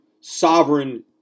sovereign